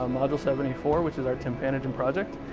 ah model seventy four, which is our tympanogen project.